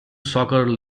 soccer